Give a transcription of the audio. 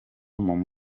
bizagenda